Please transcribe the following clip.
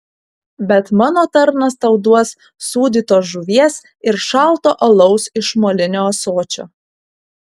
bet mano tarnas tau duos sūdytos žuvies ir šalto alaus iš molinio ąsočio